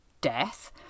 death